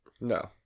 No